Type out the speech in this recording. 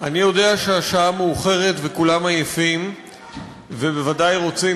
אני יודע שהשעה מאוחרת וכולם עייפים ובוודאי רוצים,